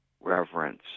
reverence